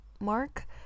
Mark